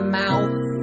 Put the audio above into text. mouth